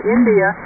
India